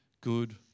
good